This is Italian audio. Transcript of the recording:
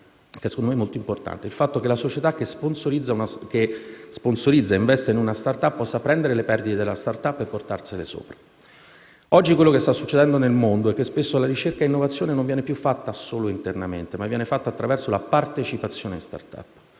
che reputo molto importante: mi riferisco al fatto che la società che sponsorizza e investe in una *start-up* possa prendere le perdite della *start-up* e portarsele sopra. Quello che oggi sta succedendo nel mondo è che spesso la ricerca e l'innovazione non vengono più fatte solo internamente, ma anche attraverso la partecipazione di *start-up.*